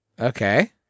Okay